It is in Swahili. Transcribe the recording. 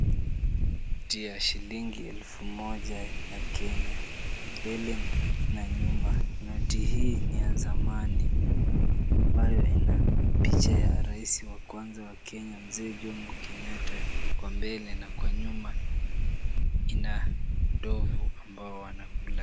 Noti ya shilingi elfu moja ya Kenya mbele na nyuma. Noti hii ni ya zamani ambayo ina picha ya rais wa kwanza wa Kenya Mzee Jomo Kenyatta kwa mbele na kwa nyuma ina ndovu ambao wanakula.